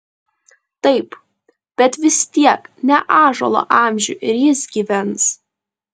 taip bet vis tiek ne ąžuolo amžių ir jis gyvens